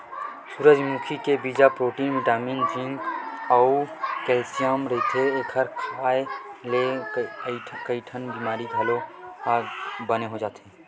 सूरजमुखी के बीजा म प्रोटीन बिटामिन जिंक अउ केल्सियम रहिथे, एखर खांए ले कइठन बिमारी ह घलो बने हो जाथे